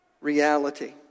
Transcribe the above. reality